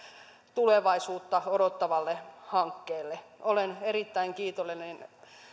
tulevaisuutta odottavalle hankkeelle olen erittäin kiitollinen